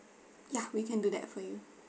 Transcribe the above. ya we can do that for you